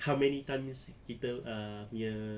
how many times kita ah punya